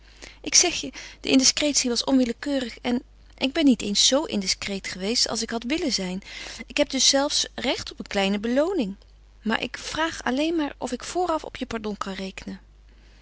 ik zeg je de indiscretie was onwillekeurig en ik ben niet eens zoo indiscreet geweest als ik had willen zijn ik heb dus zelfs recht op een kleine belooning maar ik vraag alleen maar of ik vooraf op je pardon kan rekenen